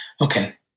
okay